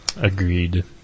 Agreed